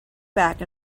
back